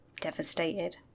devastated